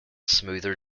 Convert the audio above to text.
smoother